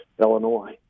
Illinois